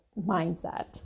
mindset